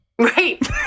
Right